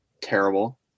terrible